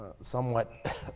somewhat